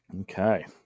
Okay